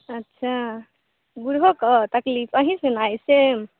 अच्छा बुढ़बोके तकलीफ अहीँ सिना अछि सेम